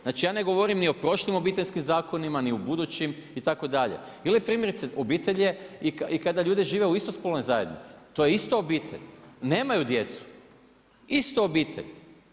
Znači ja ne govorim ni o prošlim obiteljskim zakonima ni o budućim itd. ili primjerice obitelj je i kada ljudi žive u istospolnoj zajednici to je isto obitelj, nemaju djecu isto obitelj.